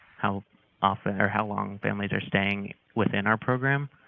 how often or how long families are staying within our program,